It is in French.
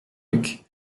luc